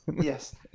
Yes